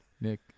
Nick